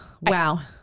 Wow